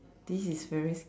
this is very s~